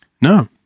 No